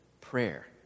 prayer